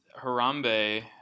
Harambe